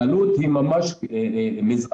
העלות היא ממש מזערית,